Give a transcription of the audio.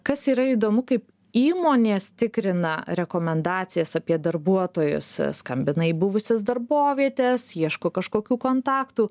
kas yra įdomu kaip įmonės tikrina rekomendacijas apie darbuotojus skambina į buvusias darbovietes ieško kažkokių kontaktų